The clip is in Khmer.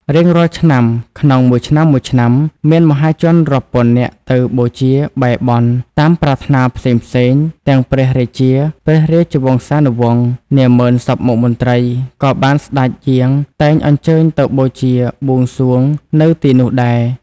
រៀងរាល់ឆ្នាំក្នុងមួយឆ្នាំៗ មានមហាជនរាប់ពាន់នាក់ ទៅបូជា បែរបន់ តាមប្រាថ្នាផេ្សងៗ ទាំងព្រះរាជាព្រះរាជវង្សានុវង្ស នាម៉ឺនសព្វមុខមន្រ្តី ក៏បានសេ្តចយាង តែងអញ្ជើញទៅបូជាបួងសួងនៅទីនោះដែរ។